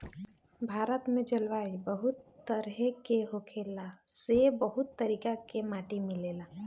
भारत में जलवायु बहुत तरेह के होखला से बहुत तरीका के माटी मिलेला